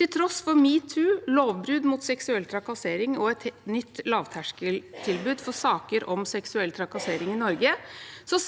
Til tross for metoo, lovforbud mot seksuell trakassering og et nytt lavterskeltilbud for saker om seksuell trakassering i Norge